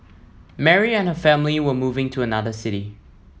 Mary and her family were moving to another city